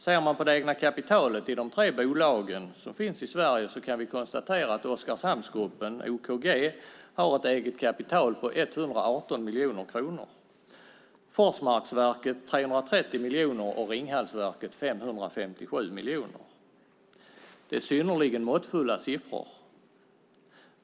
Ser man på det egna kapitalet i de tre bolag som finns i Sverige kan vi konstatera att Oskarshamnsgruppen OKG har ett eget kapital på 118 miljoner kronor, Forsmarksverket 330 miljoner och Ringhalsverket 557 miljoner. Det är synnerligen måttfulla siffror.